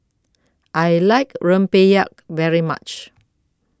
I like Rempeyek very much